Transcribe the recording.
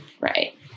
Right